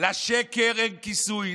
לשקר אין כיסוי.